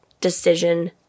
decision